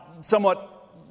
somewhat